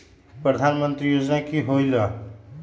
प्रधान मंत्री योजना कि होईला?